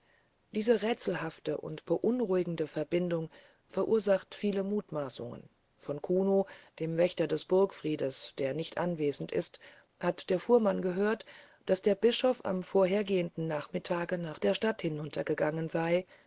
diese rätselhafte und beunruhigende verbindung verursacht viele mutmaßungen von kuno dem wächter des burgfriedes der nicht anwesend ist hat der fuhrmann gehört daß der bischof am vorhergehenden nachmittage nach der stadt hinuntergegangen sei